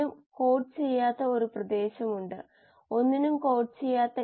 ഒരു കീമോസ്റ്റാറ്റ് പ്രവർത്തിക്കുന്നതു വളരെയധികം തീവ്രമായിട്ടാണ്